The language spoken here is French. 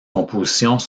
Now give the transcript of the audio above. compositions